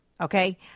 Okay